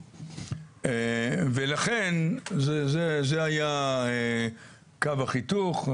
ולכן זה היה קו החיתוך.